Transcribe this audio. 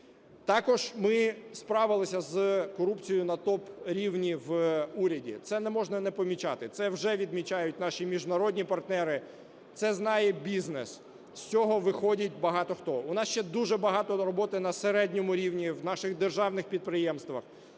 Також ми справилися з корупцією на топ-рівні в уряді. Це не можна не помічати, це вже відмічають наші міжнародні партнери, це знає бізнес, з цього виходять багато хто. У нас ще дуже багато роботи на середньому рівні в наших державних підприємствах,